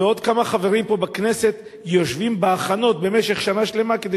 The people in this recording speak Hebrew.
ועוד כמה חברים פה בכנסת יושבים בהכנות במשך שנה שלמה כדי